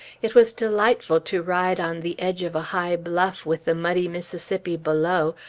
it was delightful to ride on the edge of a high bluff with the muddy mississippi below,